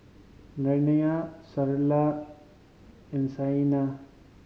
Naraina Sunderlal and Saina